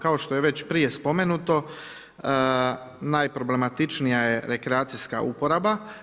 Kao što je već prije spomenuto, najproblematičnija je rekreacijska uporaba.